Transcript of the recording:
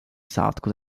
saatgut